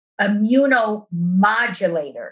immunomodulators